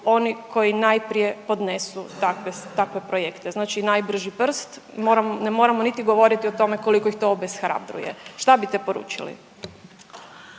oni koji najprije podnesu takve projekte, znači najbrži prst, ne moramo niti govoriti o tome koliko ih to obeshrabruje, šta bite poručili?